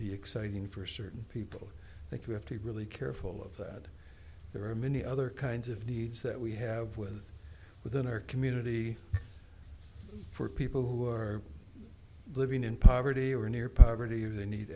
be exciting for certain people that we have to be really careful of that there are many other kinds of needs that we have with within our community for people who are living in poverty or near poverty or they need